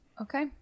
okay